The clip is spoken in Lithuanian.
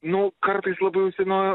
nu kartais labai užsino